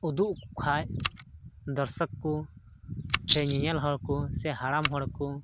ᱩᱫᱩᱜ ᱠᱚᱠᱷᱟᱡ ᱫᱚᱨᱥᱚᱠ ᱠᱚ ᱥᱮ ᱧᱮᱧᱮᱞ ᱦᱚᱲ ᱠᱚ ᱥᱮ ᱦᱟᱲᱟᱢ ᱦᱚᱲ ᱠᱚ